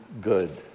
good